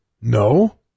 No